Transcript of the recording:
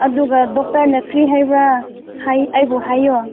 ꯑꯗꯨꯒ ꯗꯣꯛꯇꯔꯅ ꯀꯔꯤ ꯍꯥꯏꯕ꯭ꯔꯥ ꯑꯩꯕꯨ ꯍꯥꯏꯌꯣ